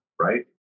right